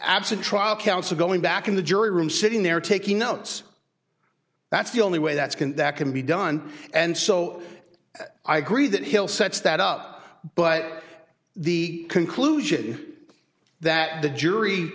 absent trial counsel going back in the jury room sitting there taking notes that's the only way that's can that can be done and so i agree that hill sets that up but the conclusion that the jury